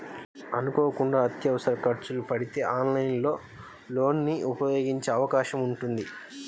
అనుకోకుండా అత్యవసర ఖర్చులు పడితే ఆన్లైన్ లోన్ ని ఉపయోగించే అవకాశం ఉంటుంది